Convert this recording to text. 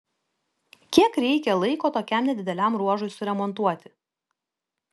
kiek reikia laiko tokiam nedideliam ruožui suremontuoti